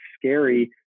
scary